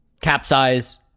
capsize